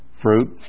Fruit